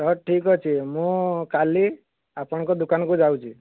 ତ ଠିକ୍ ଅଛି ମୁଁ କାଲି ଆପଣଙ୍କ ଦୋକାନକୁ ଯାଉଛି